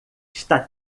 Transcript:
está